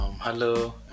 hello